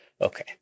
Okay